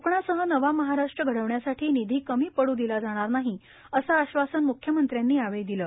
कोकणासह नवा महाराष्ट्र घडविण्यासाठी निधी कमी पड्र दिला जाणार नाही असं आश्वासन मुख्यमंत्र्यांनी यावळी दिलं